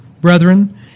brethren